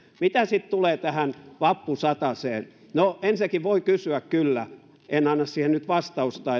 mitä sitten tulee tähän vappusataseen no ensinnäkin voi kysyä kyllä en anna siihen nyt vastausta